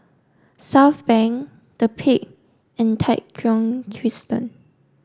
Southbank The Peak and Tai Thong Crescent